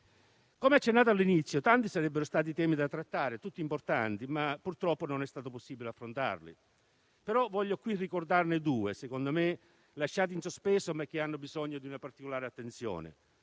Come accennato all'inizio, tanti sarebbero stati i temi da trattare, tutti importanti, ma - purtroppo - non è stato possibile affrontarli. Voglio qui ricordarne due, secondo me lasciati in sospeso e che hanno bisogno di una particolare attenzione: